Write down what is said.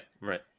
right